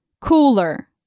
cooler